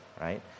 right